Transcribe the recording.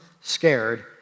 scared